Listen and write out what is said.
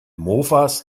mofas